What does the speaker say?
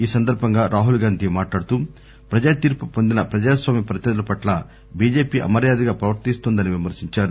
ఈ సందర్భంగా రాహుల్గాంధీ మాట్లాడుతూ ప్రజాతీర్పు పొందిన ప్రజాస్వామ్య ప్రతినిధుల పట్ల బిజెపి అమర్యాదగా ప్రవర్తిస్తోందని విమర్భించారు